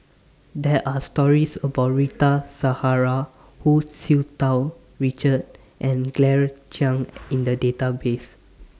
There Are stories about Rita Zahara Hu Tsu Tau Richard and Claire Chiang in The Database